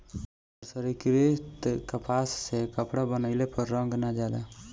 मर्सरीकृत कपास से कपड़ा बनइले पर रंग ना जाला